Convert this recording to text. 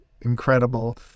incredible